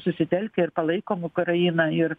susitelkę ir palaikom ukrainą ir